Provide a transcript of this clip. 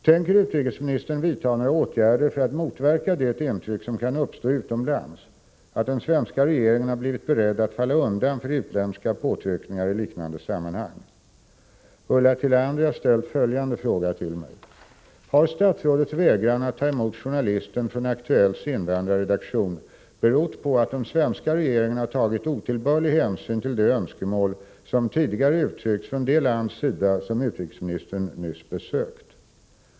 Tänker utrikesministern vidtaga några åtgärder för att motverka det intryck som man kan få utomlands, att den svenska regeringen har blivit beredd att falla undan för utländska påtryckningar i liknande sammanhang? Ulla Tillander har ställt följande fråga till mig: Har statsrådets vägran att ta emot journalisten från Aktuellts invandrarredaktion berott på att den svenska regeringen har tagit otillbörlig hänsyn till de önskemål som tidigare uttryckts från det lands sida som utrikesministern nyss besökt?